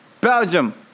Belgium